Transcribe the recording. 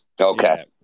Okay